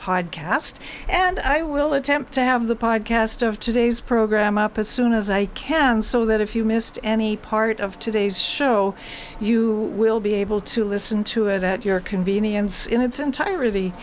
podcast and i will attempt to have the podcast of today's program up as soon as i can so that if you missed any part of today's show you will be able to listen to it at your convenience in its entirety